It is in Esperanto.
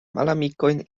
malamikojn